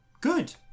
good